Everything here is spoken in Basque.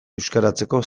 euskaratzeko